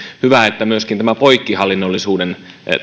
hyvä että myöskin tämä poikkihallinnollisuuden